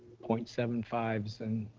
point seven five s and